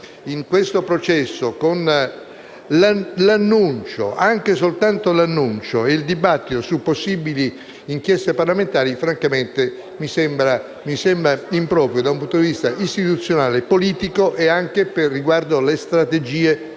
in questo processo, anche soltanto con l'annuncio di un dibattito su possibili inchieste parlamentari francamente mi sembra improvvido, da un punto di vista istituzionale, politico e anche con riguardo alle strategie del